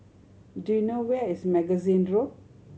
do you know where is Magazine Road